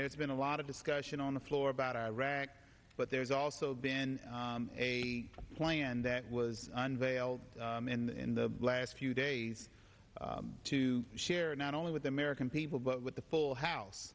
there's been a lot of discussion on the floor about iraq but there's also been a plan that was unveiled in the last few days to share not only with the american people but with the full house